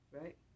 Right